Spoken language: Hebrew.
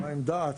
דת ותרבות.